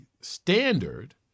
standard